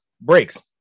breaks